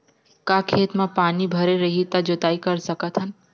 का खेत म पानी भरे रही त जोताई कर सकत हन?